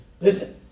Listen